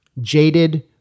jaded